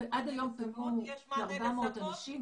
עד היום פנו כ-400 אנשים.